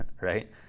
right